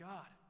God